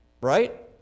right